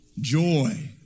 joy